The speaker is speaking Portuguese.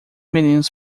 meninos